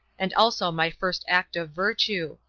and also my first act of virtue.